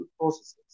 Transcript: processes